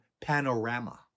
panorama